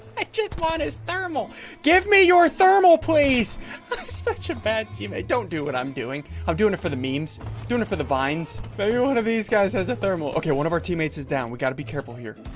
i just want is thermal give me your thermal, please sort of such a bet you don't do what i'm doing. i'm doing it for the means doing it for the vines oh, you're one of these guys as a thermal. okay, one of our teammates is down. we got to be careful here